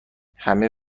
همه